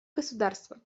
государства